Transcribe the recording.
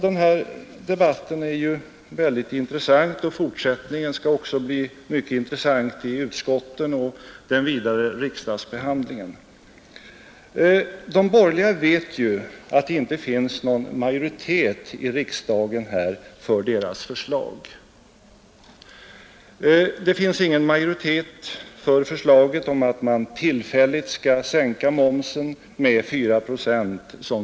Den här debatten är väldigt intressant, och fortsättningen i utskotten och i den vidare riksdagsbehandlingen skall också bli intressant. De borgerliga vet att det inte finns någon majoritet i riksdagen för deras förslag. Det finns ingen majoritet för deras förslag om en tillfällig sänkning med 4 procent.